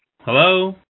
Hello